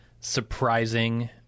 surprising